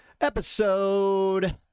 Episode